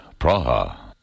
Praha